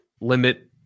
limit